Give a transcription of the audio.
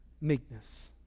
meekness